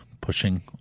pushing